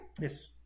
Yes